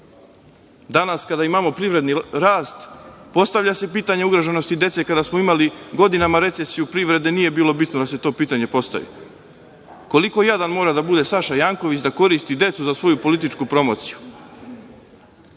Danas, kada imamo privredni rast, postavlja se pitanje ugroženosti dece, kada smo imali godinama recesiju privrede nije bilo bitno da se to pitanje postavi. Koliko jadan mora da bude Saša Janković da koristi decu za svoju političku promociju?